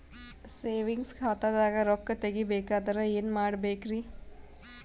Savings ಖಾತಾದಾಗ ರೊಕ್ಕ ತೇಗಿ ಬೇಕಾದರ ಏನ ಮಾಡಬೇಕರಿ?